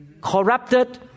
corrupted